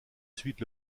suite